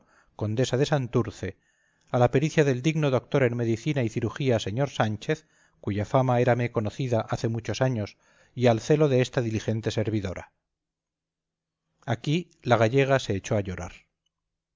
condesa de santurce a la pericia del digno doctor en medicina y cirugía sr sánchez cuya fama érame conocida hace muchos años y al celo de esta diligente servidora aquí la gallega se echó a llorar